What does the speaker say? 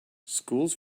schools